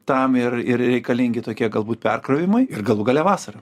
tam ir ir reikalingi tokie galbūt perkrovimai ir galų gale vasara